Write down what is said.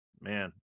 Man